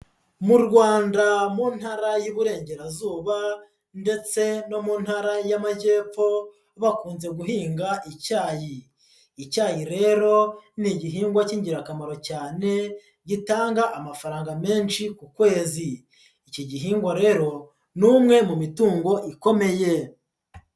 Mu Rwanda mu ntara y'Iburengerazuba ndetse no mu ntara y'amajyepfo bakunze guhinga icyayi, icyayi rero ni igihingwa cy'ingirakamaro cyane gitanga amafaranga menshi ku kwezi. Iki gihingwa rero ni umwe mu mitungo ikomeye.